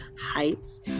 heights